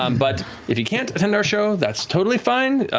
um but if you can't attend our show, that's totally fine.